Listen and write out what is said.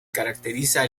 caracterizan